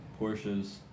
Porsches